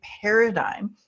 paradigm